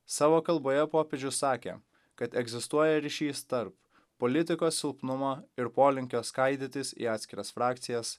savo kalboje popiežius sakė kad egzistuoja ryšys tarp politikos silpnumo ir polinkio skaidytis į atskiras frakcijas